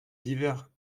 divers